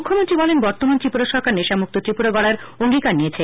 মুখ্যমন্ত্রী বলেন বর্তমান ত্রিপুরা সরকার নেশামুক্ত ত্রিপুরা গডার অঙ্গীকার নিয়েছে